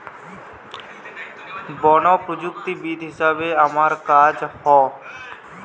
বন প্রযুক্তিবিদ হিসাবে আমার কাজ হ